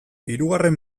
hirugarren